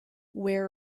where